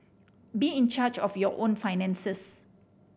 be in charge of your own finances